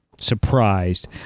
surprised